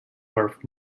worth